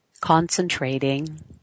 concentrating